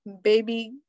baby